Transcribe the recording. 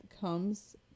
comes